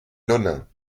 nonains